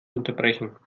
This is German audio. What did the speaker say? unterbrechen